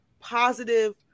positive